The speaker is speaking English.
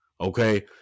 okay